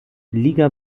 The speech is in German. liga